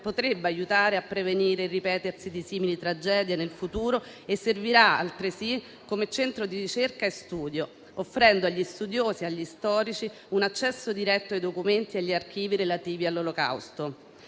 potrebbe aiutare a prevenire il ripetersi di simili tragedie nel futuro e servirà altresì come centro di ricerca e studio, offrendo agli studiosi e agli storici un accesso diretto ai documenti e agli archivi relativi all'Olocausto.